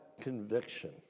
conviction